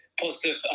positive